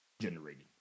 generated